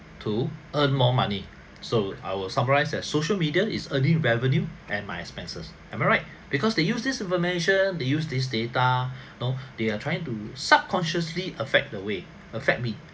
to earn more money so I was surprised that social media is earning revenue at my expenses am I right because they use this information they use these data you know they are trying to subconsciously affect the way affect me